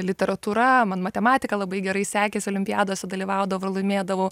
literatūra man matematika labai gerai sekėsi olimpiadose dalyvaudavau ir laimėdavau